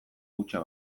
hutsa